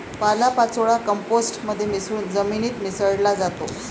पालापाचोळा कंपोस्ट मध्ये मिसळून जमिनीत मिसळला जातो